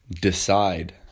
decide